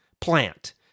plant